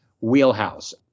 wheelhouse